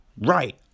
right